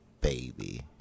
baby